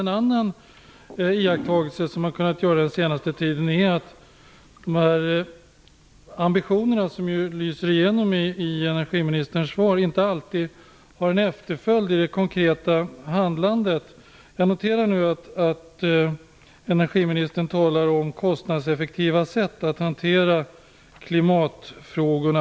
En annan iakttagelse som har kunnat göras den senaste tiden är att de ambitioner som lyser igenom i energiministerns svar inte alltid har en efterföljd i det konkreta handlandet. Jag noterar nu att energiministern talar om kostnadseffektiva sätt att hantera klimatfrågorna.